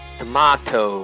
Tomato